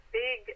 big